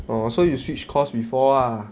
orh so you switch course before ah